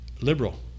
liberal